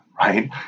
right